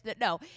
No